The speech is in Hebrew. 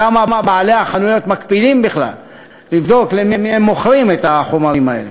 כמה בעלי החנויות מקפידים בכלל לבדוק למי הם מוכרים את החומרים האלה.